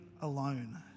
alone